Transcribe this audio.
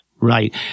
Right